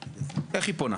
איך היא פונה?